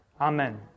Amen